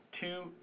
two